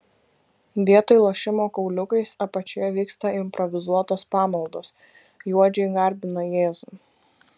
vietoj lošimo kauliukais apačioje vyksta improvizuotos pamaldos juodžiai garbina jėzų